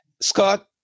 Scott